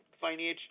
financial